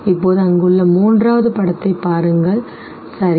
இப்போது அங்குள்ள மூன்றாவது படத்தைப் பாருங்கள் சரி